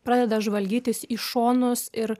pradeda žvalgytis į šonus ir